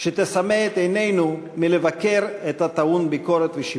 שתסמא את עינינו מלבקר את הטעון ביקורת ושיפור.